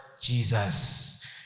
Jesus